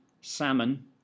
salmon